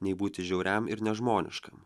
nei būti žiauriam ir nežmoniškam